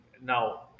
Now